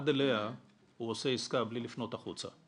עד אליה, הוא עושה עסקה בלי לפנות החוצה.